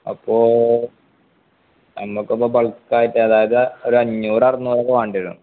അപ്പോള് നമുക്കിപ്പോള് ബൾക്കായിട്ട് അതായതൊരു അഞ്ഞൂറ് അറുന്നൂറൊക്കെ വേണ്ടി വരും